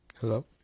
Hello